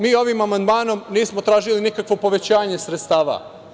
Mi ovim amandmanom nismo tražili nikakvo povećanje sredstava.